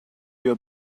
your